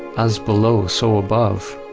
as below so above,